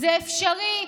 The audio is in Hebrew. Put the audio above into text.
זה אפשרי.